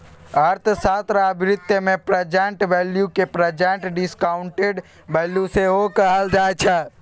अर्थशास्त्र आ बित्त मे प्रेजेंट वैल्यू केँ प्रेजेंट डिसकांउटेड वैल्यू सेहो कहल जाइ छै